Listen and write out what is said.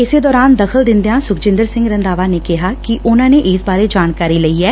ਇਸ ਦੌਰਾਨ ਦਖ਼ਲ ਦਿੰਦਿਆਂ ਸੁਖਜਿੰਦਰ ਸਿੰਘ ਰੰਧਾਵਾ ਨੇ ਕਿਹਾ ਕਿ ਉਨੂਾਂ ਨੇ ਇਸ ਬਾਰੇ ਜਾਣਕਾਰੀ ਲਈ ਐ